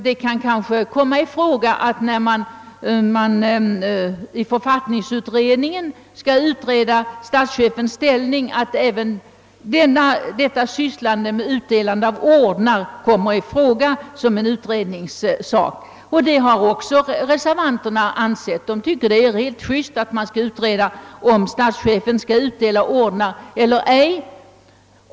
Det kan kanske då komma i fråga att, när man i författningsutredningen :skall utreda statschefens ställning, även detta sysslande med att utdela ordnar tas upp till utredning. Det har också reservanterna ansett. De tycker : att: det: är juste att man skall utreda om statschefen skall utdela ordnar eHer ej.